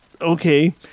Okay